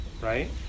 right